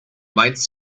meinst